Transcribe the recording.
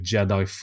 Jedi